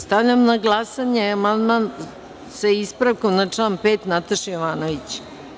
Stavljam na glasanje amandman, sa ispravkom, na član 5. Nataše Jovanović.